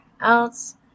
else